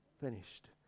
finished